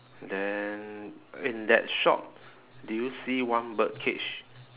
then in that shop do you see one birdcage